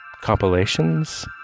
compilations